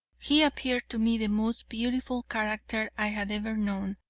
he appeared to me the most beautiful character i had ever known,